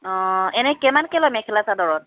অঁ এনেই কিমানকৈ লয় মেখেলা চাদৰত